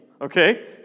okay